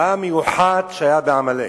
מה המיוחד שהיה בעמלק?